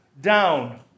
down